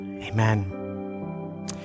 Amen